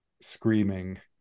screaming